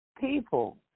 people